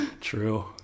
True